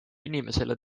inimesele